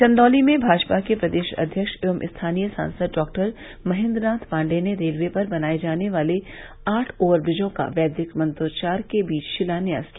चंदौली में भाजपा के प्रदेश अध्यक्ष व स्थानीय सांसद डॉ महेंद्र नाथ पाण्डेय ने रेलवे पर बनाये जाने वालो आठ ओवर ब्रिजों का वैदिक मंत्रोच्वार के बीच शिलान्यास किया